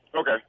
Okay